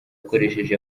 akoresheje